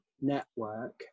network